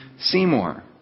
Seymour